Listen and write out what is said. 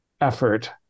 effort